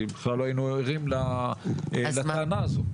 כי בכלל לא היינו ערים לטענה הזאת.